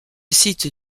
site